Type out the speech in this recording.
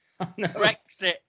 Brexit